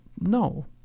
No